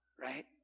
right